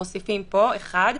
מוסיפים פה (1):